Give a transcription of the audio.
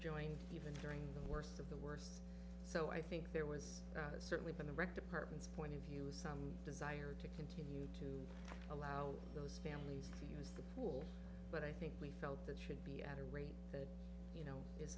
joined us during the worst of the work so i think there was certainly been a wreck departments point of view a sound desire to continue to allow those families is the goal but i think we felt that should be at a rate